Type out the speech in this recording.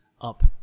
up